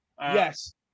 Yes